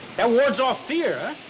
that wards off fear,